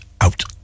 out